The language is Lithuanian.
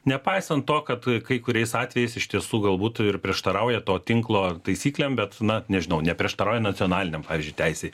nepaisant to kad kai kuriais atvejais iš tiesų galbūt ir prieštarauja to tinklo taisyklėm bet na nežinau neprieštarauja nacionaliniam pavyzdžiui teisei